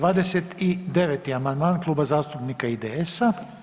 29. amandman Kluba zastupnika IDS-a.